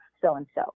so-and-so